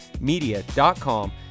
media.com